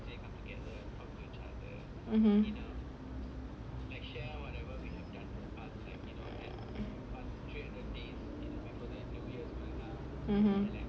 mmhmm